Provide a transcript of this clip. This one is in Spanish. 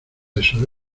eso